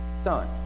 son